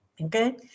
okay